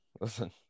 Listen